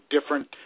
different